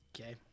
Okay